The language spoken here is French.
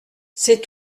c’est